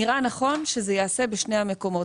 נראה נכון שזה ייעשה בשני המקומות.